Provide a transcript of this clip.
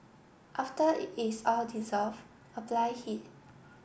after it is all dissolve apply heat